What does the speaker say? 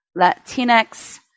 Latinx